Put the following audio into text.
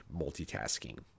multitasking